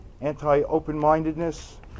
anti-open-mindedness